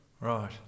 Right